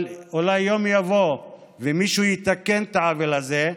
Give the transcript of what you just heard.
אבל אולי יום יבוא ומישהו יתקן את העוול הזה.